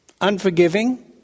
unforgiving